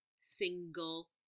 single